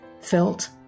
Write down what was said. felt